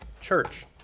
church